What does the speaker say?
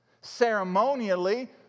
ceremonially